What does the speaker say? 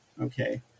Okay